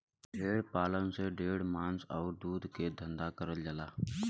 भेड़ पालन से ढेर मांस आउर दूध के धंधा करल जाला